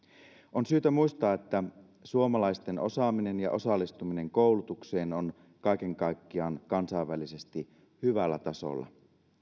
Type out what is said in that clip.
on syytä muistaa että suomalaisten osaaminen ja osallistuminen koulutukseen on kaiken kaikkiaan kansainvälisesti hyvällä tasolla